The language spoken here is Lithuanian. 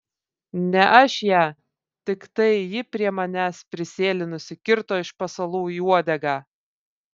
ne aš ją tiktai ji prie manęs prisėlinusi kirto iš pasalų į uodegą